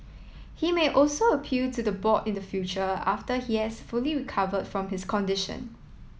he may also appeal to the board in the future after he has fully recovered from his condition